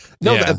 no